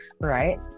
right